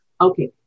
Okay